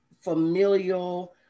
familial